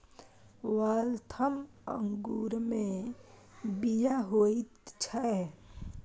Waltham अंगूरमे बीया होइत छै